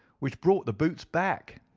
which brought the boots back.